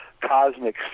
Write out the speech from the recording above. cosmic